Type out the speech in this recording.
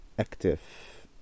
Active